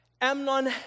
Amnon